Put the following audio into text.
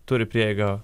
turi prieigą